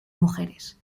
mujeres